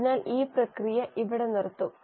അതിനാൽ ഈ പ്രക്രിയ ഇവിടെ നിർത്തും